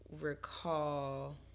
recall